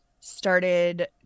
Started